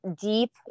deep